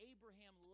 Abraham